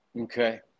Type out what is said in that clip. Okay